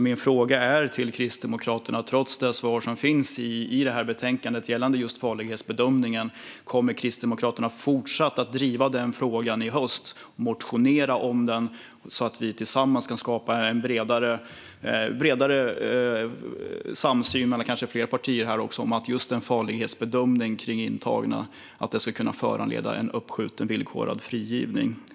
Min fråga till Kristdemokraterna är därför, trots det svar som finns i betänkandet gällande just farlighetsbedömningen, om Kristdemokraterna fortsatt kommer att driva den frågan i höst och motionera om den så att vi tillsammans kan skapa en bredare samsyn, kanske tillsammans med fler partier, om att en farlighetsbedömning av intagna ska kunna föranleda uppskjuten villkorlig frigivning.